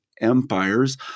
Empires